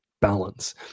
balance